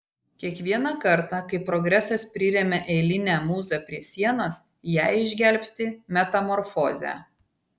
kiekvieną kartą kai progresas priremia eilinę mūzą prie sienos ją išgelbsti metamorfozė